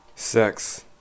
sex